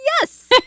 Yes